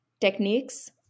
techniques